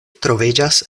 troviĝas